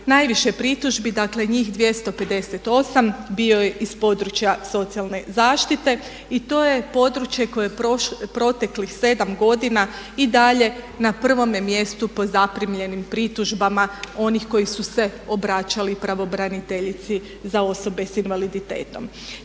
najviše pritužbi, dakle njih 258 bilo je iz područja socijalne zaštite. I to je područje koje je proteklih 7 godina i dalje na prvome mjestu po zaprimljenim pritužbama onih koji su se obraćali pravobraniteljici za osobe s invaliditetom.